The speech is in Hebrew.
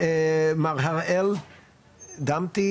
הראל דמתי